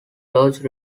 lodge